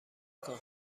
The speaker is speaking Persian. کار